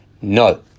no